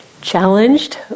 challenged